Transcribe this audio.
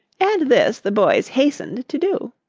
and this the boys hastened to do.